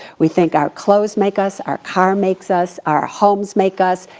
we think our clothes make us, our car makes us, our homes make us.